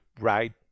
right